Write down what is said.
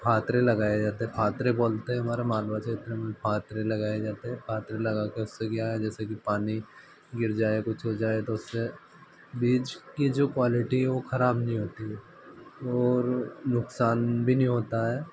फातरे लगाए जाते हैं फातरे बोलते हैं हमारे मालवा क्षेत्र में फातरे लगाए जाते हैं फातरे लगाकर उससे क्या है जैसे कि पानी गिर जाए कुछ हो जाए तो उससे बीज की जो क्वालिटी है वह ख़राब नहीं होती है और नुक़सान भी नहीं होता है